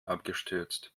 abgestürzt